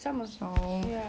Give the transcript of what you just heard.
some also